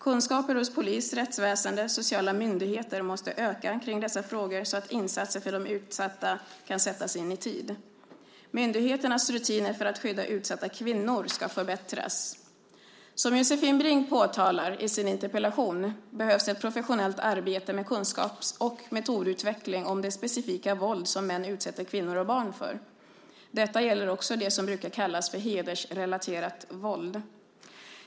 Kunskaper hos polis, rättsväsende och sociala myndigheter måste öka kring dessa frågor så att insatser för de utsatta kan sättas in i tid. Myndigheternas rutiner för att skydda utsatta kvinnor ska förbättras. Som Josefin Brink påtalar i sin interpellation behövs ett professionellt arbete med kunskaps och metodutveckling när det gäller det specifika våld som män utsätter kvinnor och barn för. Detta gäller också det som brukar kallas för hedersrelaterat våld.